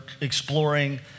exploring